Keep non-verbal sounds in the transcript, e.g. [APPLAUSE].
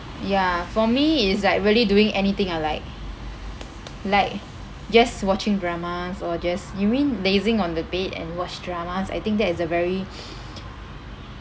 ya for me is like really doing anything I like like just watching dramas or just you mean lazing on the bed and watch dramas I think that is a very [NOISE]